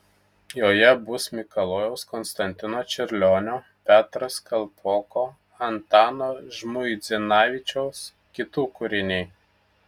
joje bus mikalojaus konstantino čiurlionio petras kalpoko antano žmuidzinavičiaus kitų kūriniai